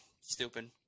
stupid